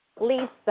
Lisa